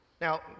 Now